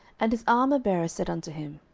and his armourbearer said unto him,